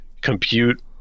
compute